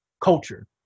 Culture